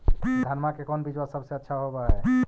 धनमा के कौन बिजबा सबसे अच्छा होव है?